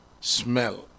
smell